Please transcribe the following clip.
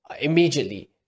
Immediately